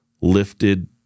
lifted